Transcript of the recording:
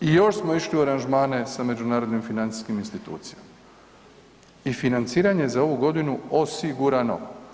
I još smo išli u aranžmane sa međunarodnim financijskim institucijama i financiranje za ovu godinu osigurano.